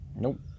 Nope